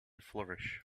flourish